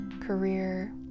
career